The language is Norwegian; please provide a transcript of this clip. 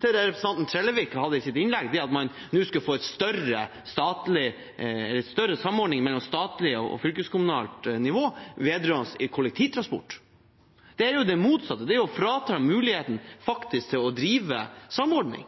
til det representanten Trellevik sa i sitt innlegg, at man nå skulle få større samordning mellom statlig og fylkeskommunalt nivå vedrørende kollektivtransport. Det er jo det motsatte. Det er å bli fratatt muligheten til faktisk å drive samordning.